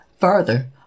Further